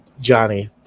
Johnny